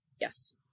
yes